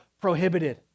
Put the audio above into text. prohibited